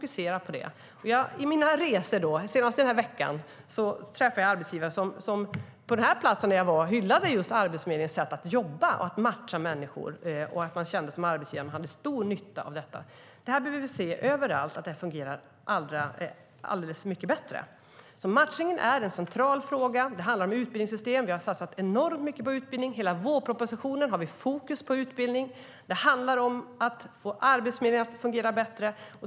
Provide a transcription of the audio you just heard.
Under mina resor - senast i den här veckan - träffade jag arbetsgivare som på den ort som jag besökte hyllade Arbetsförmedlingens sätt att jobba och att matcha människor. Som arbetsgivare kände han att han hade stor nytta av detta. Vi bör se till att det här fungerar mycket bättre överallt. Matchningen är en central fråga. Det handlar om utbildningssystem. Vi har satsat enormt mycket på utbildning. I hela vårpropositionen har vi fokus på utbildning. Det handlar om att få arbetsmiljön att fungera bättre.